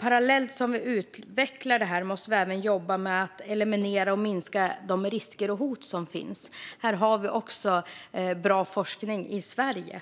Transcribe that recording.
Parallellt med att vi utvecklar måste vi även jobba med att eliminera och minska de risker och hot som finns. Här har vi också bra forskning i Sverige.